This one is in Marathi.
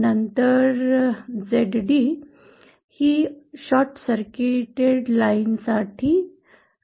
नंतर Zd ही शॉर्ट सर्किट लाइन साठी आहे